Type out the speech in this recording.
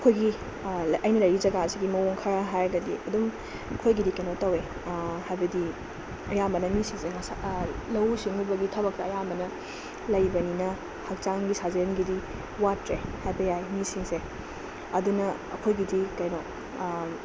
ꯑꯩꯈꯣꯏꯒꯤ ꯑꯩꯅ ꯂꯩꯔꯤ ꯖꯒꯥꯁꯤꯒꯤ ꯃꯑꯣꯡ ꯈꯔꯥ ꯍꯥꯏꯔꯒꯗꯤ ꯑꯗꯨꯝ ꯑꯩꯈꯣꯏꯒꯤꯗꯤ ꯀꯩꯅꯣ ꯇꯧꯏ ꯍꯥꯏꯕꯗꯤ ꯑꯌꯥꯝꯕꯅ ꯃꯤꯁꯤꯡꯁꯤ ꯃꯁꯥ ꯂꯧꯎ ꯁꯤꯡꯎꯕꯒꯤ ꯊꯕꯛꯇ ꯑꯌꯥꯝꯕꯅ ꯂꯩꯕꯅꯤꯅ ꯍꯛꯆꯥꯡꯒꯤꯗꯤ ꯁꯥꯖꯦꯜꯒꯤꯗꯤ ꯋꯠꯇ꯭ꯔꯦ ꯍꯥꯏꯕ ꯌꯥꯏ ꯃꯤꯁꯤꯡꯁꯦ ꯑꯗꯨꯅ ꯑꯩꯈꯣꯏꯒꯤꯗꯤ ꯀꯩꯅꯣ